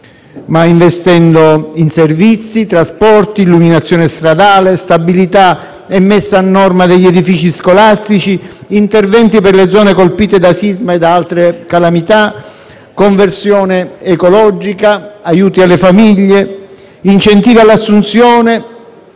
ma investendo in servizi, trasporti, illuminazione stradale, stabilità e messa a norma degli edifici scolastici, interventi per le zone colpite dal sisma e da altre calamità, conversione ecologica, aiuti alle famiglie, incentivi all'assunzione,